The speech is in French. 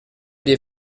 des